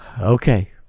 Okay